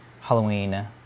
Halloween